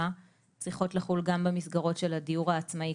צריכות לחול גם במסגרות של הדיור העצמאי,